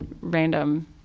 random